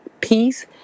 peace